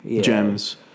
gems